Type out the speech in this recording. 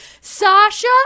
Sasha